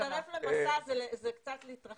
להצטרף למסע זה קצת להתרחק.